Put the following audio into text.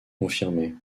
confirmée